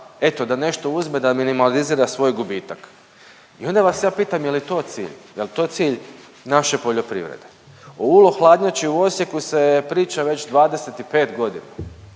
eto da nešto uzme da minimalizira svoj gubitak i onda vas ja pitam jel je to cilj, jel to cilj naše poljoprivrede? O ULO hladnjači u Osijeku se priča već 25.g.,